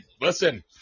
listen